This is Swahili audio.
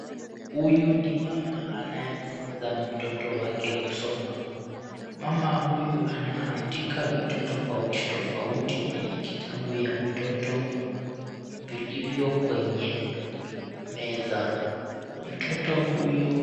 Huyu ni mama anayemfunza mtoto wake kusoma. Mama huyu anaandika vitu tofauti tofauti kwenye kitabu ya mtoto vilivyo kwenye meza. Mtoto huyu.